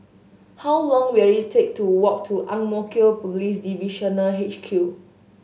how long will it take to walk to Ang Mo Kio Police Divisional H Q